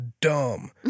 dumb